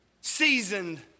seasoned